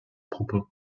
propos